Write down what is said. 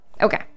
Okay